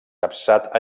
capçat